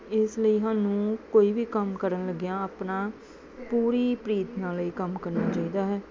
ਇਸ ਲਈ ਸਾਨੂੰ ਕੋਈ ਵੀ ਕੰਮ ਕਰਨ ਲੱਗਿਆ ਆਪਣਾ ਪੂਰੀ ਪ੍ਰੀਤ ਨਾਲ ਇਹ ਕੰਮ ਕਰਨਾ ਚਾਹੀਦਾ ਹੈ